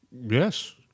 Yes